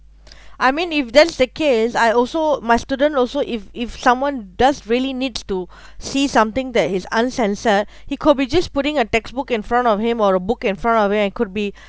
I mean if that's the case I also my students also if if someone does really needs to see something that is uncensored he could be just putting a textbook in front of him or a book in front of him and could be